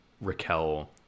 Raquel